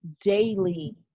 daily